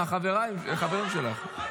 מהחברים שלך.